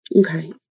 Okay